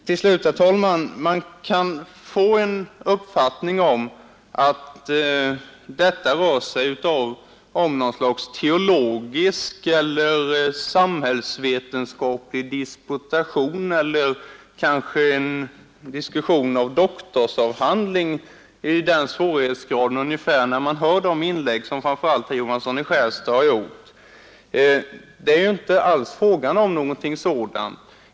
Till slut, herr talman, kan man få den uppfattningen att samtalet rör sig om något slags teologisk eller samhällsvetenskaplig disputation — eller kanske en diskussion om en doktorsavhandling eller något annat av den svårighetsgraden — när man hör de inlägg som framför allt herr Johansson i Skärstad har gjort. Det är inte alls fråga om någonting sådant.